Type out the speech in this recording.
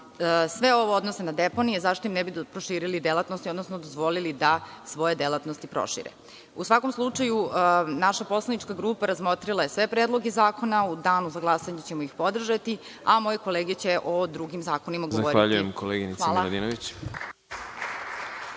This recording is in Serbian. sve ovo odnose na deponije zašto im ne bismo proširili delatnosti odnosno dozvolili da svoje delatnosti prošire.U svakom slučaju naša poslanička grupa je razmotrila sve predloge zakona. U danu za glasanje ćemo ih podržati, a moje kolege će o drugim zakonima govori. Hvala vam.